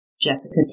Jessica